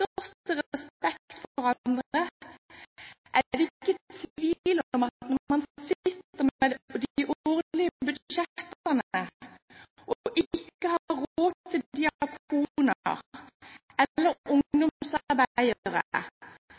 respekt for andre, er det ikke tvil om at når man sitter med de årlige budsjettene og ikke har råd til diakoner eller ungdomsarbeidere,